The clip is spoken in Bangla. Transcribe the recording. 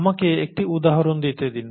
আমাকে একটি উদাহরণ দিতে দিন